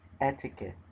etiquette